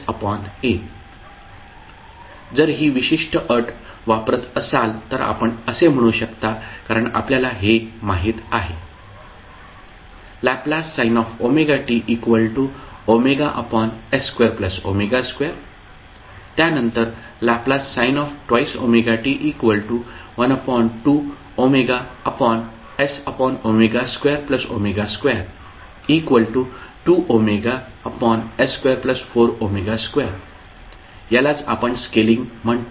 जर ही विशिष्ट अट वापरत असाल तर आपण असे म्हणू शकता कारण आपल्याला हे माहित आहे Lsin ωt 2s2 त्यानंतर Lsin 2ωt12s2222ωs242 यालाच आपण स्केलिंग म्हणतो